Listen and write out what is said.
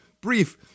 brief